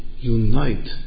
unite